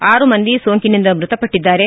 ಆರು ಮಂದಿ ಸೋಂಕಿನಿಂದ ಮೃತಪಟ್ಟಿದ್ದಾರೆ